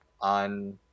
on